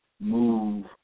move